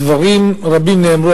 דברים רבים נאמרו,